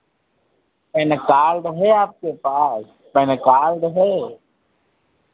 pan card है आपके पास पैन कार्ड है